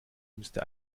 müsste